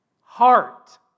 heart